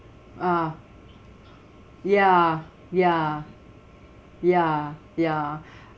ah ya ya ya ya